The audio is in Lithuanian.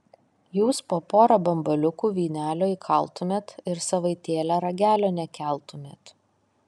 jūs po porą bambaliukų vynelio įkaltumėt ir savaitėlę ragelio nekeltumėt